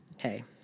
Hey